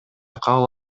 кабыл